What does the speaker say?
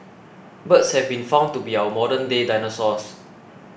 birds have been found to be our modernday dinosaurs